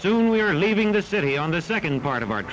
soon we are leaving the city on the second part of our